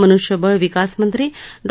मनुष्यबळ विकासमंत्री डॉ